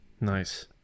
Nice